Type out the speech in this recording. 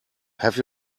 have